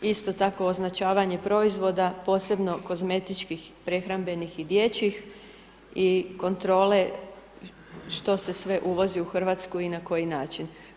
Isto tako označavanje proizvoda posebno kozmetičkih, prehrambeno i dječjih i kontrole što se sve uvozi u Hrvatsku i na koji način.